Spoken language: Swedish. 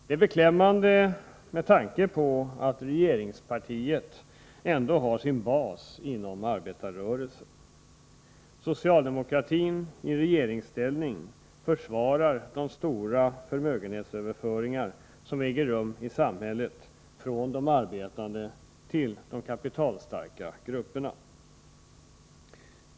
Det är beklämmande, med tanke på att regeringspartiet ändå har sin bas inom arbetarrörelsen. Socialdemokratin i regeringsställning försvarar de stora förmögenhetsöverföringar som äger rum i samhället från de arbetande till de kapitalstarka grupperna.